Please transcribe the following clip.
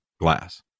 glass